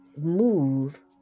move